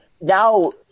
now